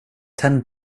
ten